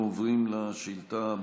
אנחנו עוברים לשאילתה הבאה.